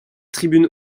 tribune